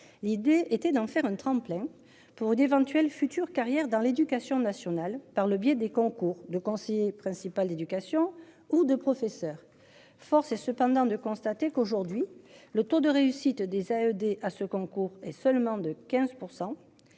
l'idée était d'en faire un tremplin pour d'éventuelles futures carrières dans l'Éducation nationale par le biais des concours de conseiller principal d'éducation ou de professeurs, force est cependant de constater qu'aujourd'hui le taux de réussite des à ED à ce concours est seulement de 15%.